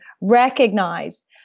recognize